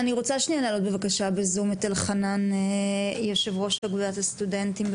אני רוצה שנייה להעלות בבקשה בזום את אלחנן יושב ראש אגודת הסטודנטים.